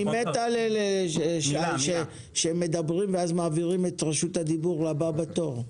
מת על אלה שמדברים ואז מעבירים את רשות הדיבור לבא בתור.